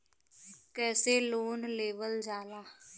कैसे लोन लेवल जाला?